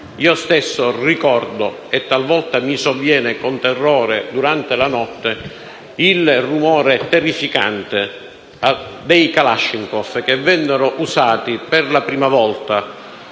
Io stesso ricordo - e talvolta mi sovviene con terrore durante la notte - il rumore terrificante dei*kalashnikov* che vennero usati per la prima volta